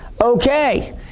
okay